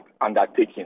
undertaking